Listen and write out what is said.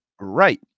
Right